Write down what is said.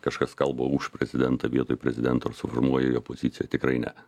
kažkas kalba už prezidentą vietoj prezidento ar suformuoja jo poziciją tikrai ne